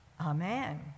Amen